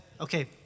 Okay